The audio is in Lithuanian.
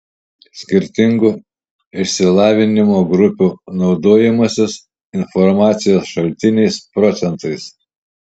skirtingų išsilavinimo grupių naudojimasis informacijos šaltiniais procentais